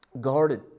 Guarded